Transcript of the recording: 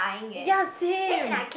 ya same